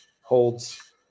holds